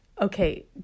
Okay